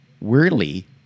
Weirdly